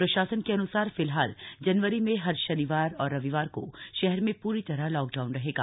प्रशासन के अन्सार फिलहाल जनवरी में हर शनिवार और रविवार को शहर में पूरी तरह लॉकडाऊन रहेगा